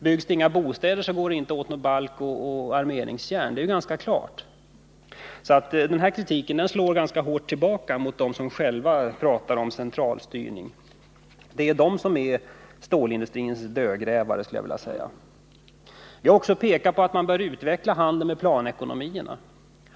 Byggs inga bostäder, går det inte åt balkar och armeringsjärn. Det är ganska klart. Denna kritik slår alltså ganska hårt tillbaka mot dem som själva talar om centralstyrning. De är stålindustrins dödgrävare, skulle jag vilja säga. Vi har också pekat på att man bör utveckla handeln med planekonomierna.